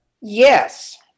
Yes